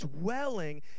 dwelling